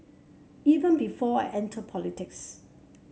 even before I entered politics